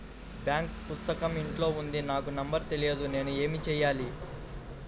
Bank పుస్తకం ఇంట్లో ఉంది నాకు నంబర్ తెలియదు నేను ఏమి చెయ్యాలి?